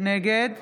נגד